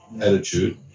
attitude